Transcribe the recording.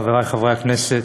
חברי חברי הכנסת,